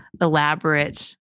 elaborate